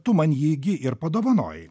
tu man jį gi ir padovanojai